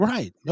Right